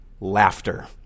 Laughter